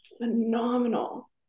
phenomenal